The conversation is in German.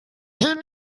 mauer